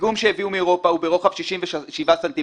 הפיגום שהביאו מאירופה הוא ברוחב 67 סנטימטר,